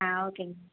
ஆ ஓகேங்க